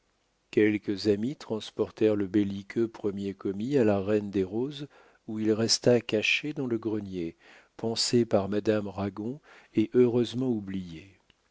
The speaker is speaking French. quelques amis transportèrent le belliqueux premier commis à la reine des roses où il resta caché dans le grenier pansé par madame ragon et heureusement oublié